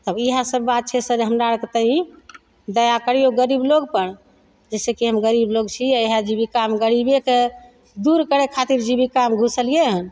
तब इएह सब बात छै सर हमरा दया करियौ गरीब लोगपर जैसे कि हम गरीब लोग छियै इएह जीविकामे गरीबेके दूर करय खातिर जीविकामे घुसलियै हँ